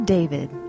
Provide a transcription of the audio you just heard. David